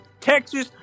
Texas